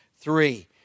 three